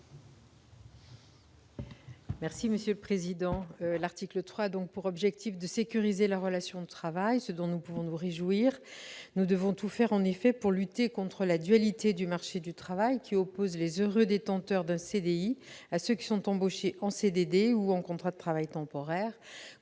Lamure, sur l'article. L'article 3 a pour objet de sécuriser la relation de travail, ce dont nous pouvons nous réjouir. Nous devons tout faire, en effet, pour lutter contre la dualité du marché du travail qui oppose les heureux détenteurs d'un CDI à ceux qui sont embauchés en CDD ou en contrats de travail temporaire,